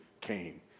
came